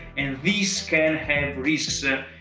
and these can have risks,